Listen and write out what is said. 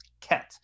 cat